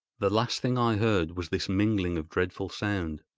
the last thing i heard was this mingling of dreadful sound,